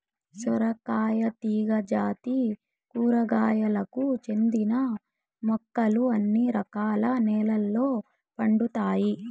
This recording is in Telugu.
సొరకాయ తీగ జాతి కూరగాయలకు చెందిన మొక్కలు అన్ని రకాల నెలల్లో పండుతాయి